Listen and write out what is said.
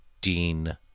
Dean